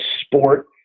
sport